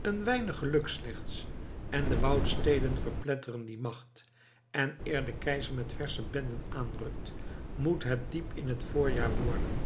een weinig geluk slechts en de woudsteden verpletteren die macht en eer de keizer met versche benden aanrukt moet het diep in het voorjaar worden